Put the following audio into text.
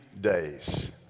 days